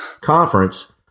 conference